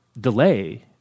Delay